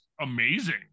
amazing